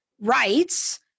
rights